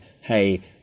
hey